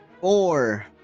Four